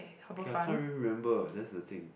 okay I can't really remember that's the thing